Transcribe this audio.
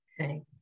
Okay